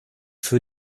für